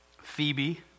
Phoebe